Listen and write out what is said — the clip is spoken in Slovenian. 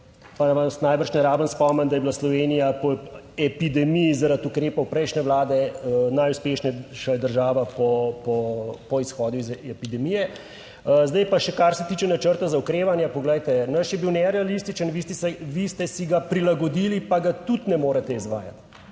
in pa vas najbrž ne rabim spomniti, da je bila Slovenija po epidemiji, zaradi ukrepov prejšnje vlade najuspešnejša država po izhodu iz epidemije. Zdaj pa še, kar se tiče Načrta za okrevanje. Poglejte, naš je bil nerealističen, vi ste si ga prilagodili pa ga tudi ne morete izvajati,